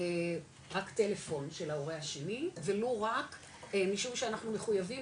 רק טלפון של ההורה השני ולו רק משום שאנחנו מחויבים